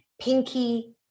pinky